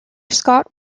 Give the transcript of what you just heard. scott